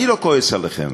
אני לא כועס עליכם.